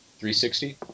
360